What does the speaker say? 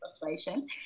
frustration